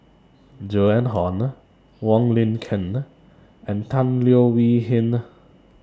Joan Hon Wong Lin Ken and Tan Leo Wee Hin